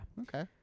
okay